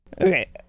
Okay